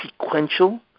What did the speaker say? sequential